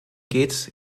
geht